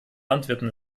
landwirten